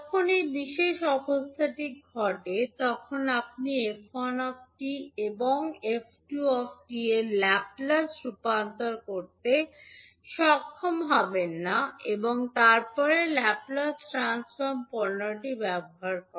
যখন এই বিশেষ অবস্থাটি ঘটে তখন আপনি 𝑓1 𝑡 এবং 𝑓2 𝑡 এর ল্যাপ্লেস রূপান্তর করতে সক্ষম হবেন না এবং তারপরে ল্যাপ্লেস ট্রান্সফর্ম পণ্যটি ব্যবহার করে